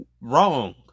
wrong